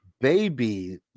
Baby